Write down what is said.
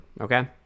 Okay